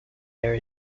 area